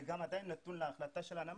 זה גם עדיין נתון להחלטה של הנמל,